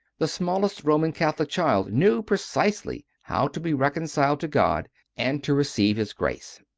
the smallest roman catholic child knew precisely how to be reconciled to god and to receive his grace.